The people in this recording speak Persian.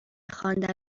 خواندن